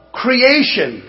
creation